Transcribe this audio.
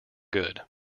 good